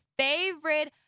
favorite